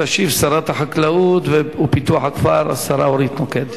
תשיב שרת החקלאות ופיתוח הכפר אורית נוקד.